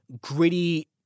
gritty